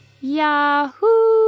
Yahoo